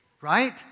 right